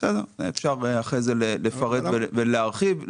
על זה אפשר אחרי זה לפרט ולהרחיב.